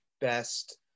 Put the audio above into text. best